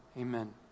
amen